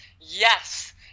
Yes